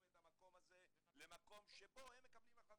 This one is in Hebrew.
את המקום הזה למקום שבו הם מקבלים החלטות,